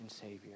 Savior